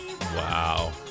Wow